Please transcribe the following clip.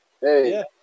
Hey